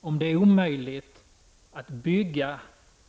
Om det är omöjligt att bygga